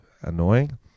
annoying